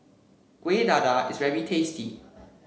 Kueh Dadar is very tasty